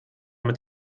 mit